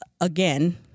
again